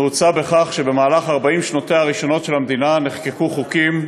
נעוצה בכך שבמהלך 40 שנותיה הראשונות של המדינה נחקקו חוקים,